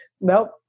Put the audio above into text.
Nope